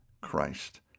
Christ